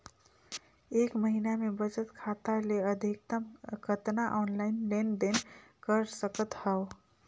एक महीना मे बचत खाता ले अधिकतम कतना ऑनलाइन लेन देन कर सकत हव?